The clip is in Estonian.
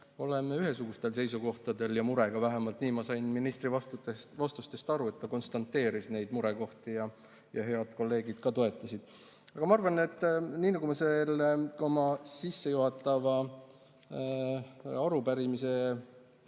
arvan, ühesugustel seisukohtadel ja [tunneme] muret. Vähemalt nii ma sain ministri vastustest aru, et ta konstateeris neid murekohti ja head kolleegid ka toetasid. Aga ma arvan, et nii nagu ma oma sissejuhatavat arupärimist